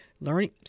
Learning